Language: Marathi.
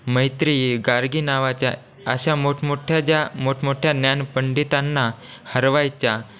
मैत्रेयी गार्गी नावाच्या अशा मोठमोठ्या ज्या मोठमोठ्या ज्ञान पंडितांना हरवायच्या